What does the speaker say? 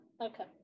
Okay